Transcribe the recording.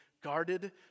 Guarded